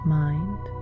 mind